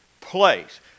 place